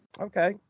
Okay